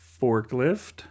forklift